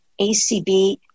ACB